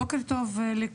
בוקר טוב לכולם,